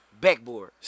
Backboard